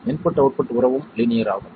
input output உறவும் linear ஆகும்